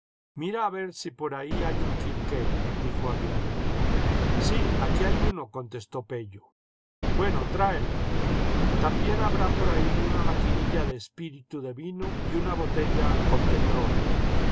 ver si por ahí hay un quinqué dijo aviraneta vsí aquí hay uno contestó pello bueno tráelo también habrá por ahí una maquinilla de espíritu de vino y una botella con petróleo